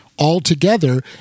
altogether